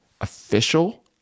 official